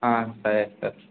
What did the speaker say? సరే సార్